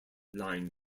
line